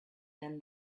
than